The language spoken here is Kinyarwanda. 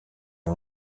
uyu